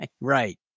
Right